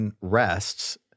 rests